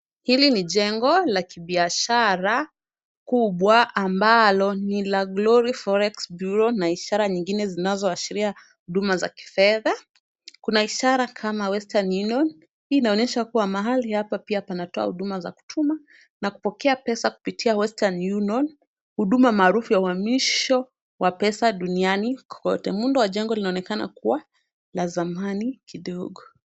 Hili ni jengo la kibiashara kubwa ambalo ni la Glory Forex Bureau na ishara nyingine ambazo zinaashiria huduma za kifedha. Kuna ishara kama Western Union. Hii inaonyesha kuwa mahali hapa pia panatoa huduma za kutuma na kupokea pesa kupitia Western Union, huduma maalumu ya uhamisho wa pesa duniani kote. Muundo wa jengo unaonekana kuwa wa zamani kidogo.